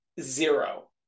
zero